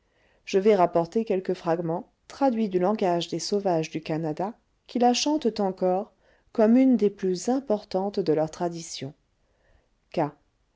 je vais rapporter quelques fragments traduits du langage des sauvages du canada qui la chantent encore comme une des plus importantes de leurs traditions